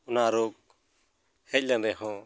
ᱚᱱᱟ ᱨᱳᱜ ᱦᱮᱡ ᱞᱮᱱ ᱨᱮᱦᱚ